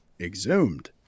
exhumed